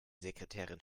sekretärin